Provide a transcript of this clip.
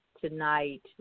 tonight